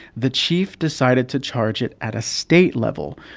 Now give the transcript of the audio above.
the chief decided to charge it at a state level.